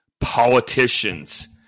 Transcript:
politicians